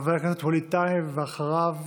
חבר הכנסת ווליד טאהא, ואחריו,